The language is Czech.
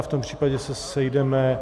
V tom případě se sejdeme...